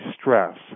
stress